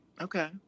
Okay